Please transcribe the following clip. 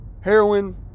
heroin